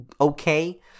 okay